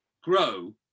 grow